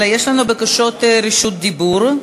אלא יש לנו בקשות רשות דיבור.